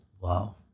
Wow